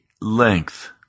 length